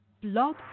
blog